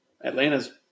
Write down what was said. Atlanta's